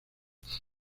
griega